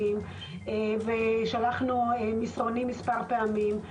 ופשקווילים ושלחנו מסרונים מספר פעמים.